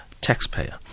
taxpayer